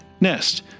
nest